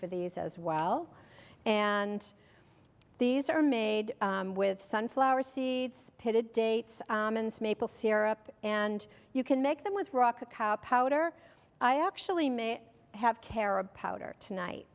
for these as well and these are made with sunflower seeds pitted dates maple syrup and you can make them with rock a cow powder i actually may have carob powder tonight